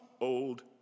old